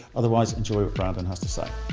otherwise enjoy what brandon has to say.